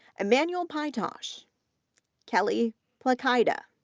emanuel pituch, ah so kelly plakyda,